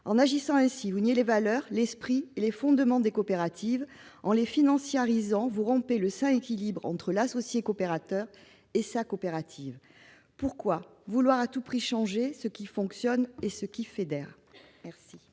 En agissant ainsi, vous niez les valeurs, l'esprit et les fondements des coopératives. En les financiarisant, vous rompez le sain équilibre entre l'associé coopérateur et sa coopérative. Pourquoi vouloir à tout prix changer ce qui fonctionne et ce qui fédère ?